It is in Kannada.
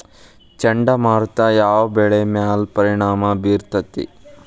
ಚಂಡಮಾರುತ ಯಾವ್ ಬೆಳಿ ಮ್ಯಾಲ್ ಪರಿಣಾಮ ಬಿರತೇತಿ?